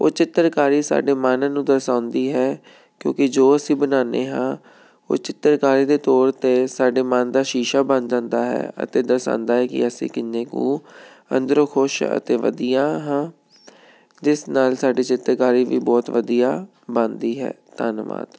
ਉਹ ਚਿੱਤਰਕਾਰੀ ਸਾਡੇ ਮਨ ਨੂੰ ਦਰਸਾਉਂਦੀ ਹੈ ਕਿਉਂਕਿ ਜੋ ਅਸੀਂ ਬਣਾਉਂਦੇ ਹਾਂ ਉਹ ਚਿੱਤਰਕਾਰੀ ਦੇ ਤੌਰ 'ਤੇ ਸਾਡੇ ਮਨ ਦਾ ਸ਼ੀਸ਼ਾ ਬਣ ਜਾਂਦਾ ਹੈ ਅਤੇ ਦਰਸਾਉਂਦਾ ਹੈ ਕਿ ਅਸੀਂ ਕਿੰਨੇ ਕੁ ਅੰਦਰੋਂ ਖੁਸ਼ ਅਤੇ ਵਧੀਆ ਹਾਂ ਜਿਸ ਨਾਲ ਸਾਡੀ ਚਿੱਤਰਕਾਰੀ ਵੀ ਬਹੁਤ ਵਧੀਆ ਬਣਦੀ ਹੈ ਧੰਨਵਾਦ